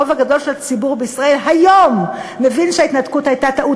שהרוב הגדול של הציבור בישראל היום מבין שההתנתקות הייתה טעות.